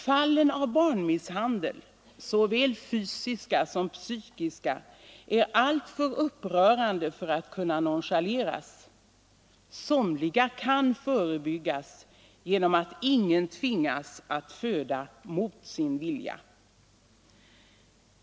Fallen av barnmisshandel, såväl fysisk som psykisk, är alltför upprörande för att kunna nonchaleras. Somliga kan förebyggas genom att ingen tvingas att föda mot sin vilja.